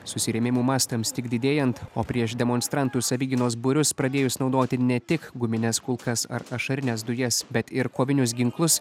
susirėmimų mastams tik didėjant o prieš demonstrantus savigynos būrius pradėjus naudoti ne tik gumines kulkas ar ašarines dujas kad ir kovinius ginklus